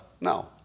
No